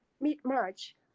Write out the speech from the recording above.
mid-March